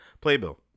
playbill